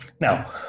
Now